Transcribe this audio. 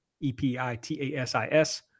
E-P-I-T-A-S-I-S